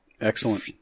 Excellent